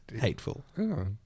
hateful